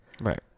Right